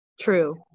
True